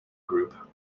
group